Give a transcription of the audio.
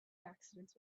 accidents